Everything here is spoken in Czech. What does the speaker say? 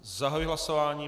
Zahajuji hlasování.